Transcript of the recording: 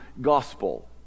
gospel